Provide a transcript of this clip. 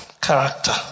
character